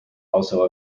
also